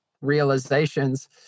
realizations